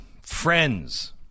friends